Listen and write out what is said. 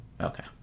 Okay